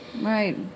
Right